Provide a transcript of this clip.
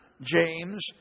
James